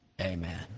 amen